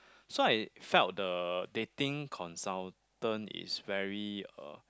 so I felt the dating consultant is very uh